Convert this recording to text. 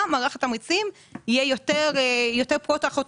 יהיה מערך התמריצים יותר פרו-תחרותי,